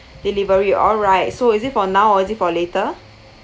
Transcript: all right so is it for now is it for later